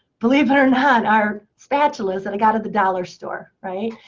believe it or not, are spatulas that i got at the dollar store. right?